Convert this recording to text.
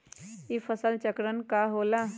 ई फसल चक्रण का होला?